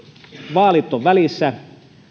vaalit ovat välissä